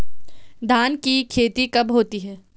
धान की खेती कब होती है?